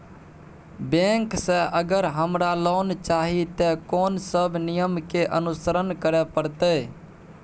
Bank से अगर हमरा लोन चाही ते कोन सब नियम के अनुसरण करे परतै?